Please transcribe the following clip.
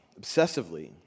obsessively